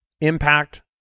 impact